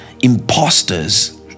imposters